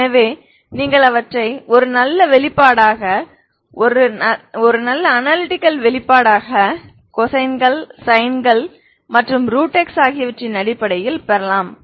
எனவே நீங்கள் அவற்றை ஒரு நல்ல வெளிப்பாடாக ஒரு அனலிடிகல் வெளிப்பாடாக கொசைன்கள் சைன்கள் மற்றும் x ஆகியவற்றின் அடிப்படையில் பெறலாம்